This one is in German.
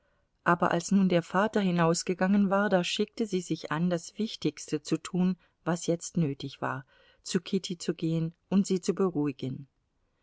aber als nun der vater hinausgegangen war da schickte sie sich an das wichtigste zu tun was jetzt nötig war zu kitty zu gehen und sie zu beruhigen